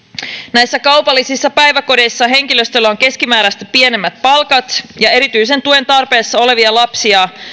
näissä kaupallisissa päiväkodeissa henkilöstöllä on keskimääräistä pienemmät palkat ja erityisen tuen tarpeessa olevia lapsia